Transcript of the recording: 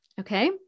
Okay